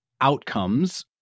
outcomes